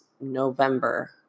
November